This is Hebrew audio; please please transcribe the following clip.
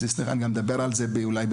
זה גם נושא שאולי צריך לדבר עליו בהזדמנות.